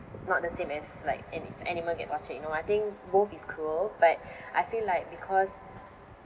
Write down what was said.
not the same as like ani~ animal get tortured you know I think both is cruel but I feel like because